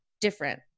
different